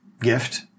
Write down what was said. gift